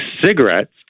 cigarettes